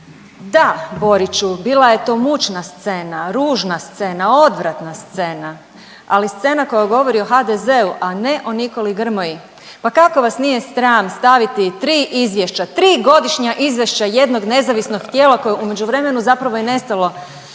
da Boriću bila je to mučna scena, ružna scena, odvratna scena, ali scena koja govori o HDZ-u, a ne o Nikoli Grmoji. Pa kako vas nije sram staviti 3 izvješća, 3 godišnja izvješća jedno nezavisnog tijela koje je u međuvremenu zapravo i nestalo kao